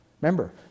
Remember